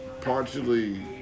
partially